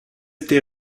été